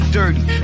dirty